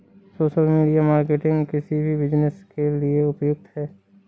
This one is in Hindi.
सोशल मीडिया मार्केटिंग किसी भी बिज़नेस के लिए उपयुक्त है